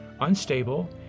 unstable